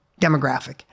demographic